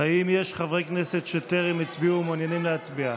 האם יש חברי כנסת שטרם הצביעו ומעוניינים להצביע?